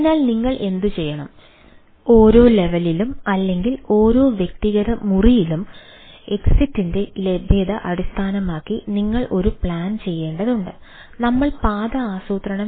അതിനാൽ നിങ്ങൾ എന്തുചെയ്യണം